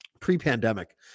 pre-pandemic